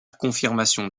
confirmation